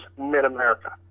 mid-America